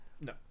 no